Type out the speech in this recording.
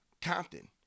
Compton